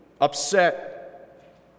upset